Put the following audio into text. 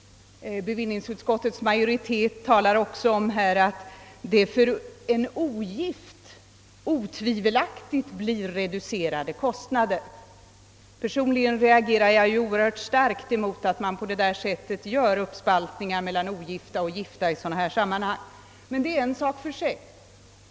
Bevillningsutskottets majoritet talar också om att det för en ogift otvivelaktigt blir reducerade kostnader. Personligen reagerar jag mycket starkt mot uppspaltningar mellan ogifta och gifta i sådana här fall, men det är en sak för sig.